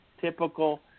typical